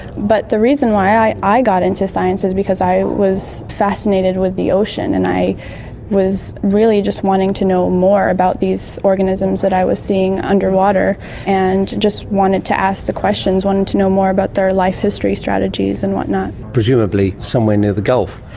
but the reason why i i got into science is because i was fascinated with the ocean and i was really just wanting to know more about these organisms that i was seeing underwater and just wanted to ask the questions, wanted to know more about their life history, strategies and what not. presumably somewhere near the gulf.